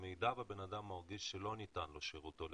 במידה והבן אדם מרגיש שלא ניתן לו שירות הולם,